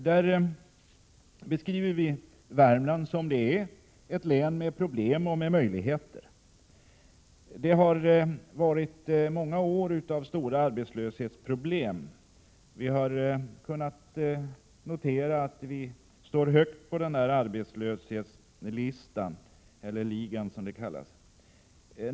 Där beskriver vi Värmland som det är, ett län med problem och med möjligheter. Det har varit många år av stora arbetslöshetsproblem. Vi har kunnat notera att vi ligger högt upp i arbetslöshetsligan, som det kallas.